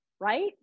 right